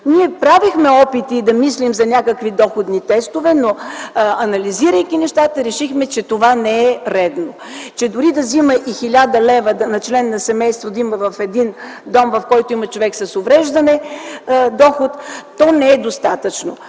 Ние правихме опити да мислим за някакви доходни тестове, но анализирайки нещата, решихме, че това не е редно. Дори да има 1000 лева доход на член на семейство в един дом, в който има човек с увреждане, не е достатъчно.